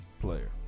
player